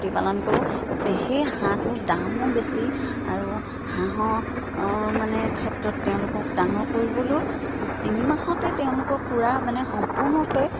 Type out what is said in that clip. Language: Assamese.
প্ৰতিপালন কৰোঁ সেই হাঁহটোৰ দামো বেছি আৰু হাঁহৰ মানে ক্ষেত্ৰত তেওঁলোকক ডাঙৰ কৰিবলৈও তিনিমাহতে তেওঁলোকৰ পূৰা মানে সম্পূৰ্ণকৈ